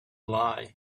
lie